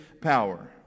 power